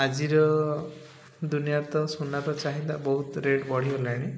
ଆଜିର ଦୁନିଆ ତ ସୁନାର ଚାହିଁଦା ବହୁତ ରେଟ୍ ବଢ଼ିଗଲାଣି